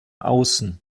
außen